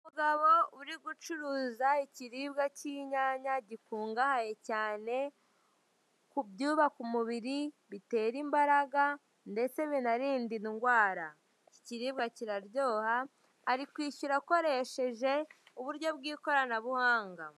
Umugabo uri gucuruza ikiribwa k'inyanya gikungahaye cyane ku byubaka umubiri bitera imbaraga ndetse binarinda indwara, iki kiribwa kiraryoha, ari kwishyura akoresheje uburyo bw'ikoranabuhanga.